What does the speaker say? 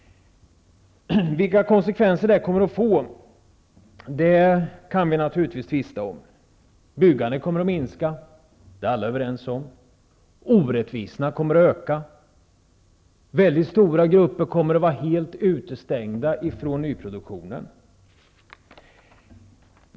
Vilka konsekvenser det kommer att få kan vi naturligtvis tvista om. Att byggandet kommer att minska är alla överens om. Orättvisorna kommer att öka. Väldigt stora grupper kommer att vara helt utestängda från nyproduktionen.